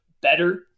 better